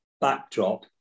backdrop